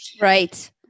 Right